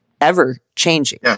ever-changing